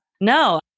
No